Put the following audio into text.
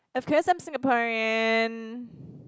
of course I'm Singaporean